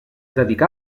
dedicà